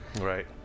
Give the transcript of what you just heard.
Right